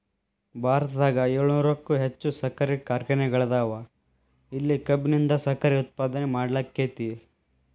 ಭಾರತದಾಗ ಏಳುನೂರಕ್ಕು ಹೆಚ್ಚ್ ಸಕ್ಕರಿ ಕಾರ್ಖಾನೆಗಳದಾವ, ಇಲ್ಲಿ ಕಬ್ಬಿನಿಂದ ಸಕ್ಕರೆ ಉತ್ಪಾದನೆ ಮಾಡ್ಲಾಕ್ಕೆತಿ